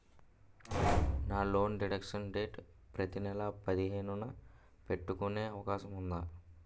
నా loan deduction date ప్రతి నెల పదిహేను న పెట్టుకునే అవకాశం ఉందా?